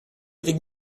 avec